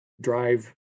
Drive